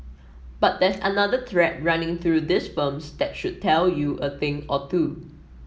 but there's another thread running through these firms that should tell you a thing or two